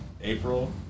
April